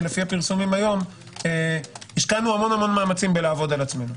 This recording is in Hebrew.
שלפי הפרסומים היום השקענו המון מאמצים בלעבוד על עצמנו.